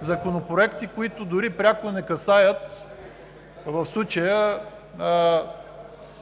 законопроекти, които дори пряко не касаят в случая